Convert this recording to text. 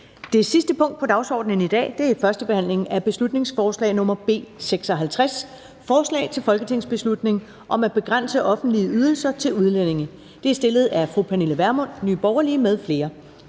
Det sidste punkt på dagsordenen er: 6) 1. behandling af beslutningsforslag nr. B 56: Forslag til folketingsbeslutning om at begrænse offentlige ydelser til udlændinge. Af Pernille Vermund (NB) m.fl.